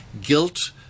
guilt